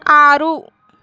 ఆరు